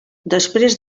després